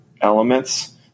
elements